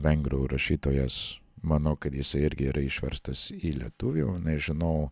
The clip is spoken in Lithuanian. vengrų rašytojas manau kad jisai irgi yra išverstas į lietuvių nežinau